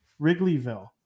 Wrigleyville